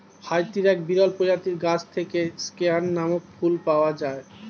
হাইতির এক বিরল প্রজাতির গাছ থেকে স্কেয়ান নামক ফুল পাওয়া যায়